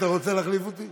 אתה רוצה להחליף אותי?